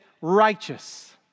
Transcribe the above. righteous